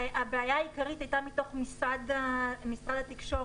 הבעיה העיקרית הייתה מתוך משרד התקשורת.